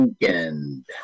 weekend